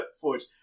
foot